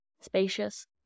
Spacious